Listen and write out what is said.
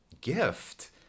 gift